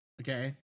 Okay